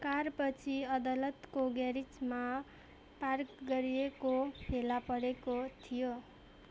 car पछि अदालतको ग्यारेजमा पार्क गरिएको फेला परेको थियो